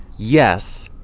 yes.